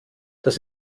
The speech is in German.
das